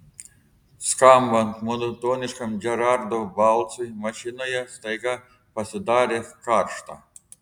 skambant monotoniškam džerardo balsui mašinoje staiga pasidarė karšta